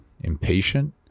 impatient